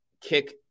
kick